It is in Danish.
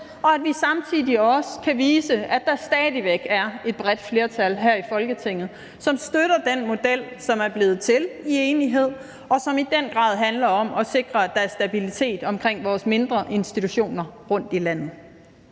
og vi samtidig også kan vise, at der stadig væk er et bredt flertal her i Folketinget, som støtter den model, som er blevet til i enighed, og som i den grad handler om at sikre, at der er stabilitet omkring vores mindre institutioner rundtom i landet.